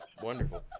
wonderful